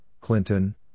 Clinton